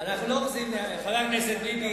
השאלה אם זה חוקי או לא חוקי.